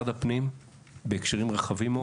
משרד הפנים,